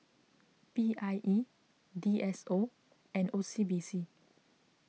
P I E D S O and O C B C